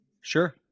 Sure